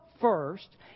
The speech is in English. first